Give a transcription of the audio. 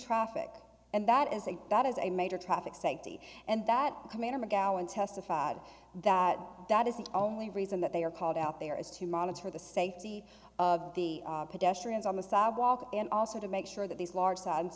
traffic and that is a that is a major traffic safety and that commander mcgowan testified that that is the only reason that they are called out there is to monitor the safety of the pedestrians on the sidewalk and also to make sure that these large